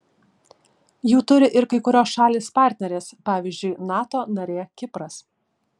jų turi ir kai kurios šalys partnerės pavyzdžiui nato narė kipras